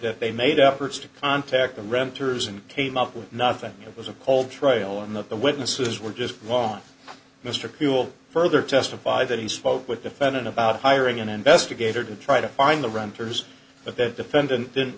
that they made up words to contact the renters and came up with nothing it was a cold trail in that the witnesses were just wrong mr will further testify that he spoke with defendant about hiring an investigator to try to find the ranters but the defendant didn't